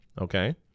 okay